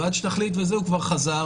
ועד שתחליט הוא כבר חזר,